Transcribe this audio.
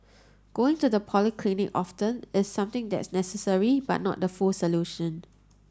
going to the polyclinic often is something that's necessary but not the full solution